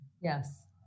yes